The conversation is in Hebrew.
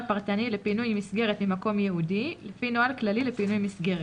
פרטני לפינוי מסגרת ממקום ייעודי לפי נוהל כללי לפינוי מסגרת,